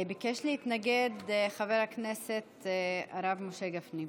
ביקש להתנגד חבר הכנסת הרב משה גפני.